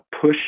push